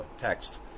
text